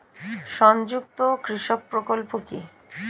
সংযুক্ত কৃষক প্রকল্প কি?